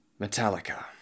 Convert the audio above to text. Metallica